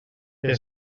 que